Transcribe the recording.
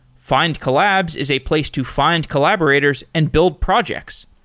findcollabs is a place to find collaborators and build projects.